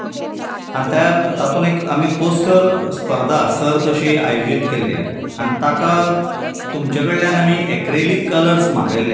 आनी त्या तातूंत एक आमी पोस्टर स्पर्धा सर्त अशी आयोजीत केल्या आनी ताका तुमचे कडल्यान आमी एक्रिलीक कलर्स मागयल्ले